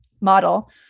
model